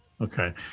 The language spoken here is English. Okay